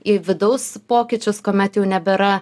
į vidaus pokyčius kuomet jau nebėra